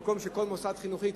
במקום כל מוסד חינוכי,